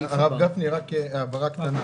הרב גפני, רק הבהרה קטנה.